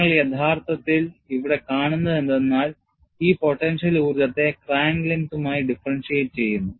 നിങ്ങൾ യഥാർത്ഥത്തിൽ ഇവിടെ കാണുന്നതെന്തെന്നാൽ ഈ പൊട്ടൻഷ്യൽ ഊർജ്ജത്തെ ക്രാക്ക് ലെങ്തുമായി differentiate ചെയ്യുന്നു